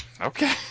Okay